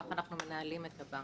כך אנחנו מנהלים את הבנק,